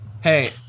Hey